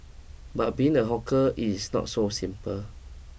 but being a hawker it's not so simple